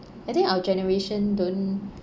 I think our generation don't